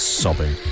sobbing